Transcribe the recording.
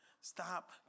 Stop